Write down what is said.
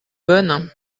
bonne